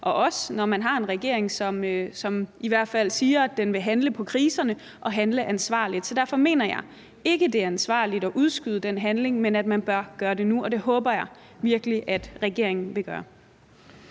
og også når man har en regering, som i hvert fald siger, at den vil handle på kriserne og handle ansvarligt. Så derfor mener jeg ikke, det er ansvarligt at udskyde den handling, men at man bør gøre det nu, og det håber jeg virkelig at regeringen vil gøre.